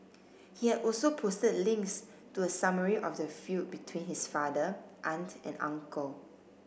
he had also posted links to a summary of the feud between his father aunt and uncle